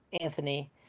Anthony